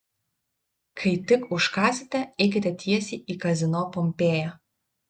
kai tik užkąsite eikite tiesiai į kazino pompėja